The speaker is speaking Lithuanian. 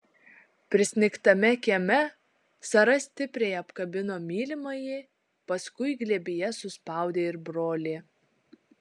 prisnigtame kieme sara stipriai apkabino mylimąjį paskui glėbyje suspaudė ir brolį